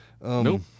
Nope